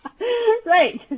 right